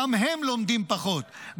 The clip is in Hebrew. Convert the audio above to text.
גם הם לומדים פחות,